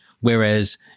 Whereas